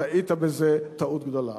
טעית בזה טעות גדולה.